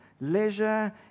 leisure